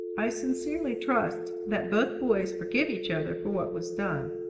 i sincerely trust that both boys forgive each other for what was done.